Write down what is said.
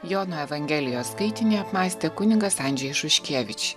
jono evangelijos skaitinį apmąstė kunigas andžejus šuškevič